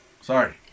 Sorry